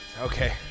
Okay